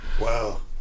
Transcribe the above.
Wow